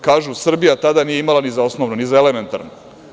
Kažu – Srbija tada nije imala ni za osnovno, ni za elementarno.